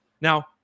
Now